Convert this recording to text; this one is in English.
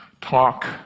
Talk